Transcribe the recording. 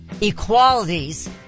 equalities